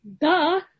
Duh